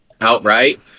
outright